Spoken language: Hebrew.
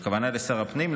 הכוונה לשר הפנים,